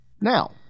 Now